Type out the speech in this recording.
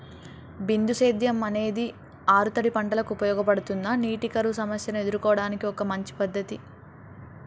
బిందు సేద్యం అనేది ఆరుతడి పంటలకు ఉపయోగపడుతుందా నీటి కరువు సమస్యను ఎదుర్కోవడానికి ఒక మంచి పద్ధతి?